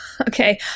Okay